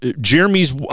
Jeremy's